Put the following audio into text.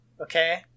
okay